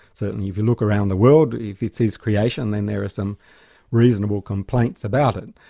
certainly if you look around the world, if it's his creation then there are some reasonable complaints about it.